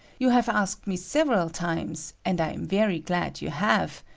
you have asked me several times, and i am very glad you have,